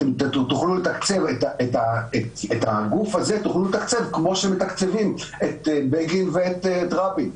את הגוף הזה תוכלו לתקצב כמו שמתקצבים את בגין ואת רבין.